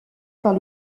par